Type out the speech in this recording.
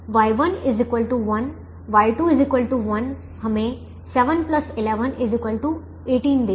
Y1 1 Y2 1 हमें 7 11 18 देगा